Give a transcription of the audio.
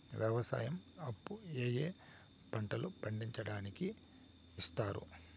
వ్యవసాయం అప్పు ఏ ఏ పంటలు పండించడానికి ఇస్తారు?